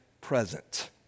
present